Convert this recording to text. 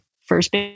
first